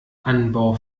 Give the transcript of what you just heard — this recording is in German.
anbau